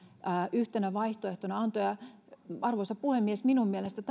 yhtenä vaihtoehtona antoi arvoisa puhemies on minun mielestäni